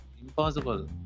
Impossible